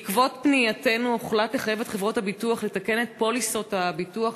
בעקבות פנייתנו הוחלט לחייב את חברות הביטוח לתקן את פוליסות הביטוח